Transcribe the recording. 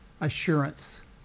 assurance